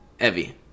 Evie